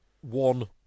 one